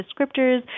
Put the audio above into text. descriptors